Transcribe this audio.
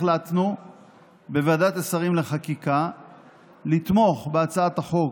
החלטנו בוועדת השרים בחקיקה לתמוך בהצעת החוק